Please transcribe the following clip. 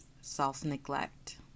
self-neglect